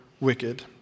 wicked